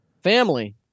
Family